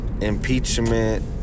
impeachment